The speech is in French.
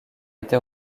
été